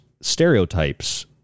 stereotypes